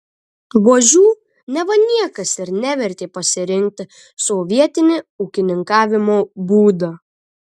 buožių neva niekas ir nevertė pasirinkti sovietini ūkininkavimo būdą